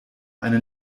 einen